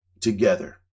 together